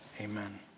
Amen